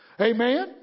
Amen